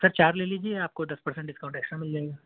سر چار لے لیجیے آپ کو دس پرسینٹ ڈسکاؤنٹ ایکسٹرا مِل جائے گا